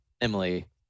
emily